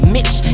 Mitch